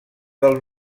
del